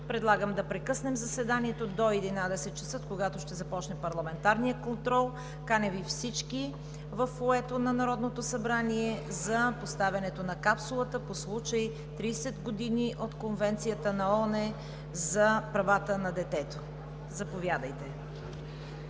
предлагам да прекъснем заседанието до 11,00 ч., когато ще започне парламентарният контрол. Каня Ви във фоайето на Народното събрание за поставянето на Капсулата на хилядолетието по случай 30 години от Конвенцията на ООН за правата на детето. Заповядайте!